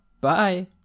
Bye